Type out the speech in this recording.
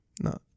No